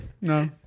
No